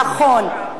נכון.